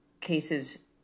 cases